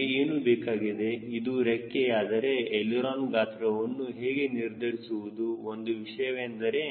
ನಮಗೆ ಏನು ಬೇಕಾಗಿದೆ ಇದು ರೆಕ್ಕೆ ಯಾದರೆ ಎಳಿರೋನ ಗಾತ್ರವನ್ನು ಹೇಗೆ ನಿರ್ಧರಿಸುವುದುಒಂದು ವಿಷಯವೆಂದರೆ